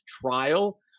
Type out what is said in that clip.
trial